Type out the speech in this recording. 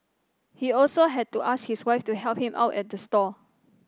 he also had to ask his wife to help him out at the stall